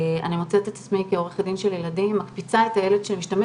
אני מוצאת את עצמי כעורכת דין של ילדים משתמשת בשירותי